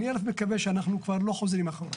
אני א' מקווה שאנחנו כבר לא חוזרים אחורה.